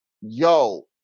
yo